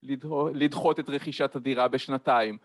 לדחות את רכישת הדירה בשנתיים